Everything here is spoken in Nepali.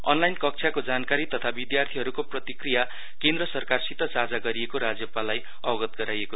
अनलाइन कक्षाको जानकारी तथा विद्यार्थीवर्गको प्रतिक्रिया केन्द्र सरकारसित साझा गरिएको राज्यपाललाई अवगत गराइयो